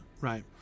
right